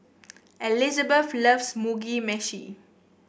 Elizebeth loves Mugi Meshi